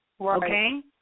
Okay